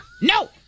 No